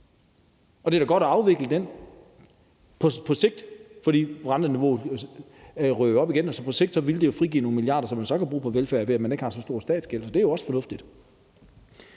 Og det er da godt at afvikle den, fordi renteniveauet vil ryge op igen, og på sigt ville det er jo frigive nogle milliarder, som man så kan bruge på velfærd, ved at man ikke har en så stor statsgæld, så det er også fornuftigt.